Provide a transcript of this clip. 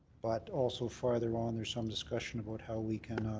but also further on there's some discussion about how we can